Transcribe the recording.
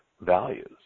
values